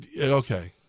okay